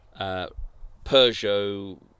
Peugeot